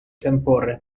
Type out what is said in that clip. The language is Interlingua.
tempore